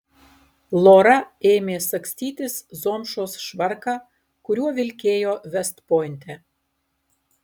lora ėmė sagstytis zomšos švarką kuriuo vilkėjo vest pointe